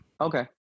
Okay